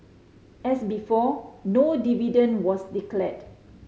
as before no dividend was declared